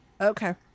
okay